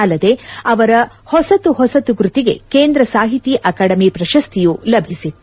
ಅಲ್ಲದೇ ಅವರ ಹೊಸತು ಹೊಸತು ಕೃತಿಗೆ ಕೇಂದ್ರ ಸಾಹಿತಿ ಅಕಾಡೆಮಿ ಪ್ರಶಸ್ತಿಯೂ ಲಭಿಸಿತ್ತು